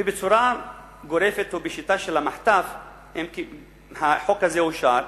ובצורה גורפת ובשיטה של מחטף החוק הזה אושר,